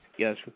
Yes